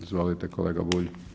Izvolite kolega Bulj.